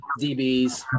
DBs